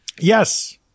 yes